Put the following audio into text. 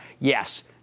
yes